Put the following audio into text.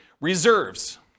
reserves